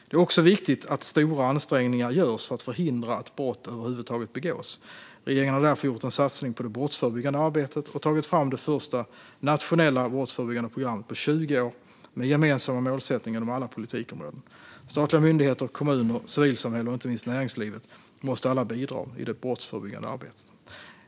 Det är också viktigt att stora ansträngningar görs för att förhindra att brott över huvud taget begås. Regeringen har därför gjort en satsning på det brottsförebyggande arbetet och tagit fram det första nationella brottsförebyggande programmet på 20 år med gemensamma målsättningar inom alla politikområden. Statliga myndigheter, kommuner, civilsamhälle och inte minst näringslivet måste alla bidra i det brottsförebyggande arbetet.